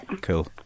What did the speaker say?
Cool